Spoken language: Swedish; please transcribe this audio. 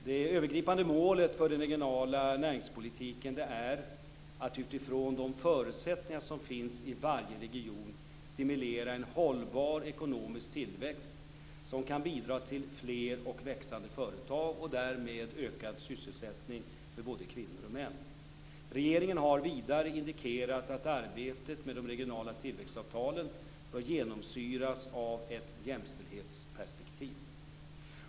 Det övergripande målet för den regionala näringspolitiken är att utifrån de förutsättningar som finns i varje region stimulera en hållbar ekonomisk tillväxt som kan bidra till fler och växande företag och därmed ökad sysselsättning för både kvinnor och män. Regeringen har vidare indikerat att arbetet med de regionala tillväxtavtalen bör genomsyras av ett jämställdhetsperspektiv.